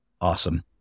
Awesome